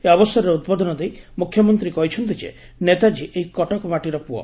ଏହି ଅବସରରେ ଉଦ୍ବୋଧନ ଦେଇ ମୁଖ୍ୟମନ୍ତୀ କହିଛନ୍ତି ଯେ ନେତାଜୀ ଏହି କଟକ ମାଟିର ପୁଅ